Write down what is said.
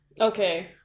Okay